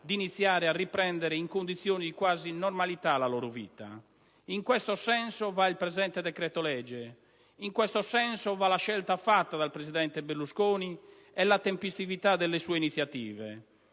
di iniziare a riprendere in condizioni di quasi normalità la loro vita. In questo senso va il presente decreto-legge, in questo senso va la scelta fatta dal presidente Berlusconi e la tempestività delle sue iniziative,